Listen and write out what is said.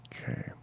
Okay